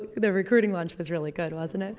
the recruiting lunch was really good, wasn't it.